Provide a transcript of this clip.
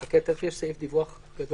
חכה, תכף יש סעיף דיווח גדול.